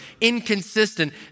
inconsistent